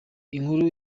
inkuru